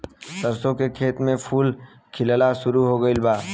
सरसों के खेत में फूल खिलना शुरू हो गइल बा